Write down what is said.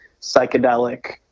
psychedelic